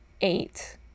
eight